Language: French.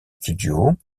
studio